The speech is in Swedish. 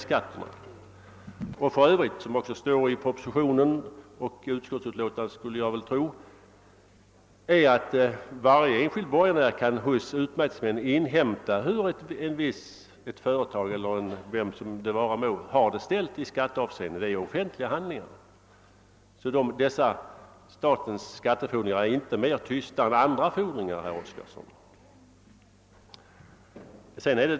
Som det står i propositionen och utlåtandet kan också varje enskild borgenär hos utmätningsmannen inhämta hur en företagare eller annan person har det ställt i skatteavseende. Detta är offentliga handlingar, så statens skattefordringar är inte mer »tysta» än andra fordringar.